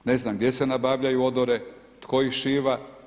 Ne znam gdje se nabavljaju odore, tko ih šiva.